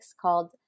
called